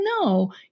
no